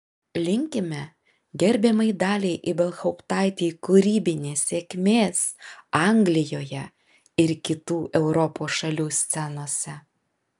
linkime gerbiamai daliai ibelhauptaitei kūrybinės sėkmės anglijoje ir kitų europos šalių scenose